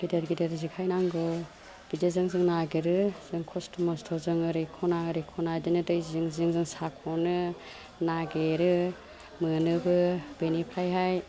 गिदिर गिदिर जेखाइ नांगौ बिदिजों जों नागिरो जों खस्थ' मस्थ'जों ओरै खना ओरै खना इदिनो दै जिं जिं जिं जों साख'नो नागिरो मोनोबो बेनिफ्रायहाइ